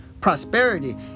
prosperity